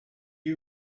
you